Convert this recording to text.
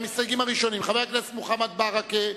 המסתייגים הראשונים: חבר הכנסת מוחמד ברכה,